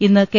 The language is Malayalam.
ഇന്ന് കെ